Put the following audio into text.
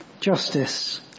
justice